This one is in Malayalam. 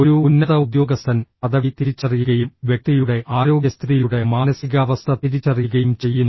ഒരു ഉന്നത ഉദ്യോഗസ്ഥൻ പദവി തിരിച്ചറിയുകയും വ്യക്തിയുടെ ആരോഗ്യസ്ഥിതിയുടെ മാനസികാവസ്ഥ തിരിച്ചറിയുകയും ചെയ്യുന്നു